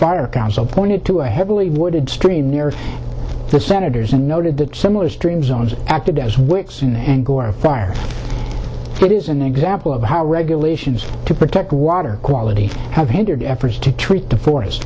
fire council pointed to a heavily wooded stream near the senators and noted that similar stream zones acted as whitson angora fire it is an example of how regulations to protect water quality have hindered efforts to treat the forest